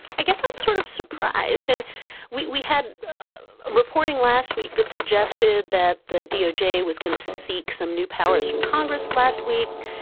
i guess i'm sort of surprised and we we had a reporting last week that suggested that the doj was going to seek some new powers from congress last week,